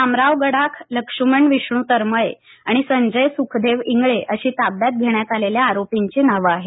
रामराव गडाख लक्ष्मण विष्णू तरमळे आणि संजय सुखदेव इंगळे अशी ताब्यात घेण्यात आलेल्या आरोपींची नावं आहेत